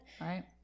right